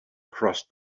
crossed